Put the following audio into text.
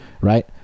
right